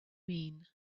mean